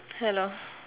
hello